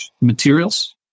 materials